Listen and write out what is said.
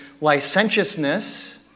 licentiousness